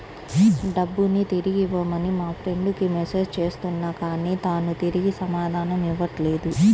డబ్బుని తిరిగివ్వమని మా ఫ్రెండ్ కి మెసేజ్ చేస్తున్నా కానీ తాను తిరిగి సమాధానం ఇవ్వట్లేదు